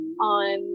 on